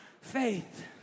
faith